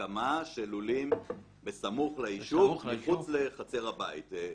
הקמה של לולים בסמוך ליישוב מחוץ לחצר הבית.